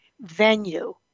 venue